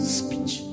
speech